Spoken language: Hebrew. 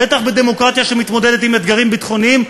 בטח בדמוקרטיה שמתמודדת עם אתגרים ביטחוניים,